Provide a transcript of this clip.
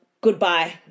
Goodbye